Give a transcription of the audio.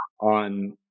on